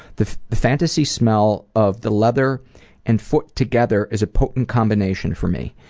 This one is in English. the the fantasy smell of the leather and foot together is a potent combination for me.